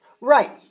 Right